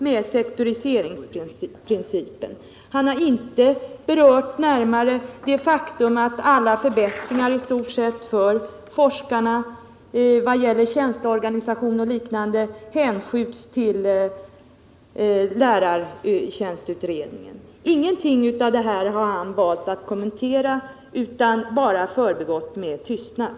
Han har inte närmare berört det faktum att i stort sett alla förbättringar för forskarna vad gäller tjänsteorganisation och liknande hänskjuts till lärartjänstutredningen. Gunnar Richardson har valt att inte kommentera någonting av detta utan bara förbigått det med tystnad.